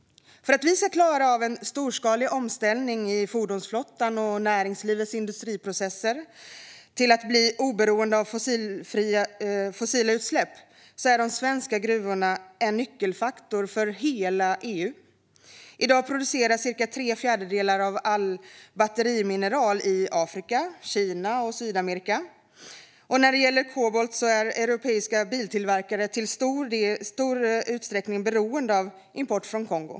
För att vi ska klara av en storskalig omställning av fordonsflottan och näringslivets industriprocesser till att bli oberoende av fossila utsläpp är de svenska gruvorna en nyckelfaktor för hela EU. I dag produceras cirka tre fjärdedelar av allt batterimineral i Afrika, Kina eller Sydamerika. När det gäller kobolt är europeiska biltillverkare i stor utsträckning beroende av import från Kongo.